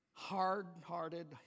hard-hearted